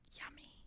Yummy